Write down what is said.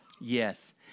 Yes